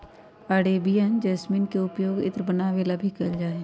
Arabian jasmine के पउपयोग इत्र बनावे ला भी कइल जाहई